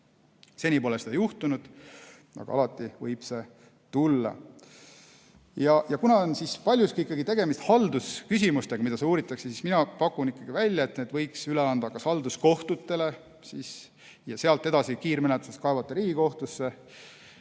Seni pole seda juhtunud, aga alati võib see tulla. Kuna paljuski on tegemist haldusküsimustega, mida uuritakse, siis mina pakun välja, et need võiks üle anda kas halduskohtutele ja sealt edasi kiirmenetluses kaevata Riigikohtusse.